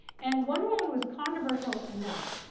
and wonder woman was controversial enough.